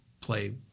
play